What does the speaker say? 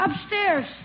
Upstairs